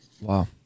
Wow